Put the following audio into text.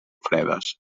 fredes